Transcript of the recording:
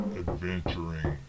adventuring